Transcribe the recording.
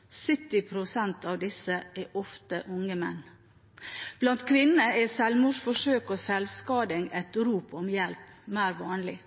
av sjølmord. 70 pst. av disse er ofte unge menn. Blant kvinner er sjølmordsforsøk og sjølskading – et rop om hjelp – mer vanlig.